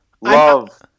love